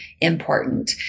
important